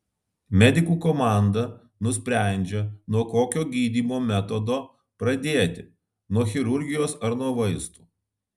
medikų komanda nusprendžia nuo kokio gydymo metodo pradėti nuo chirurgijos ar nuo vaistų